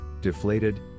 Deflated